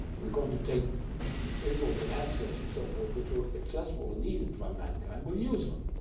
we're going to take minerals and assets and so forth, which are accessible, and needed by mankind will use them!